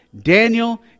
Daniel